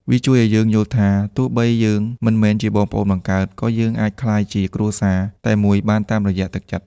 វាជួយឱ្យយើងយល់ថា ទោះបីយើងមិនមែនជាបងប្អូនបង្កើត ក៏យើងអាចក្លាយជាគ្រួសារតែមួយបានតាមរយៈទឹកចិត្ត។